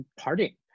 partying